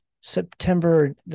September